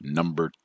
Number